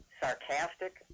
sarcastic